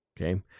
okay